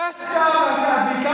ועשיתי, ועשיתי, ועשיתי.